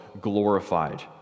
glorified